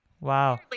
Wow